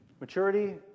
Maturity